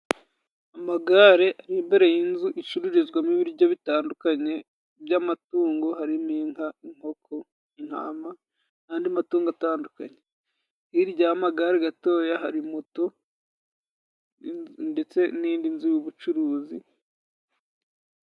Amagare ari imbere y'inzu icururizwamo ibiryo bitandukanye by'amatungo: harimo inka, inkoko, intama n'andi matungo atandukanye, hirya y'amagare gatoya hari moto ndetse ni indi nzu y'ubucuruzi.